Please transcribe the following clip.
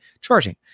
charging